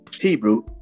Hebrew